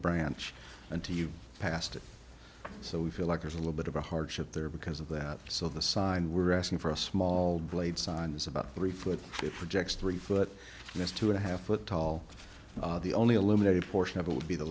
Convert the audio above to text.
branch until you've passed it so we feel like there's a little bit of a hardship there because of that so the sign we're asking for a small blade sign is about three foot projects three foot missed two and a half foot tall the only illuminated portion of it would be the